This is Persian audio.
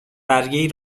برگهای